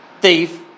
thief